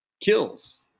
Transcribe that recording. Kills